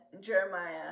Jeremiah